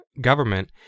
government